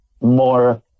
more